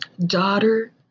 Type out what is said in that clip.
daughter